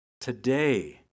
Today